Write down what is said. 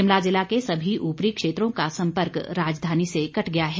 शिमला जिला के सभी ऊपरी क्षेत्रों का संपर्क राजधानी से कट गया है